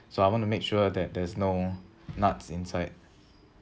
so I want to make sure that there's no nuts inside